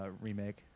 remake